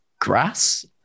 grass